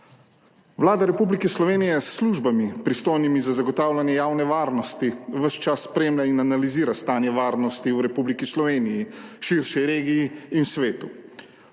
Vlada Republike Slovenije s službami, pristojnimi za zagotavljanje javne varnosti, ves čas spremlja in analizira stanje varnosti v Republiki Sloveniji, širši regiji in svetu.